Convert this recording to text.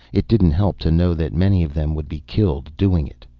it didn't help to know that many of them would be killed doing it.